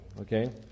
Okay